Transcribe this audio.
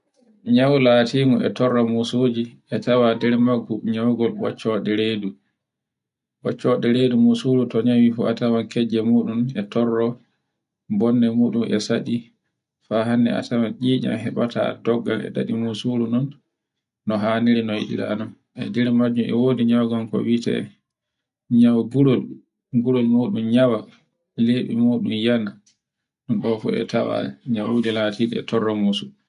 Nyawu latingo e torro mosoji e tawa nder maggu nyaugol ɓaccoɗe redu. Ɓaccoɗe redu musuru toni a yi fuu a tawai kejje muɗum e torro bonye muɗum e saɗi, faa hande a tawan iyan heɓata dogga e ɗaɗi musuru ndun no haniri no yiɗira non. E nder majjum e wodi nyawugol ko wiete nyawu gurol. gurol muɗun nyawa, lebi muɗum yana, bo fo e tawa e nye'ude latinde e torro moson.